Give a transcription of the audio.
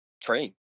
train